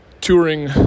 touring